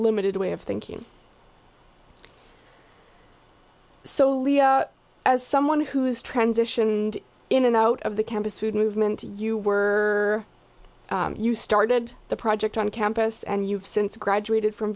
limited way of thinking so as someone who's transitioned in and out of the campus food movement you were you started the project on campus and you've since graduated from